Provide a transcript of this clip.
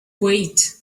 wait